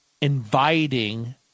inviting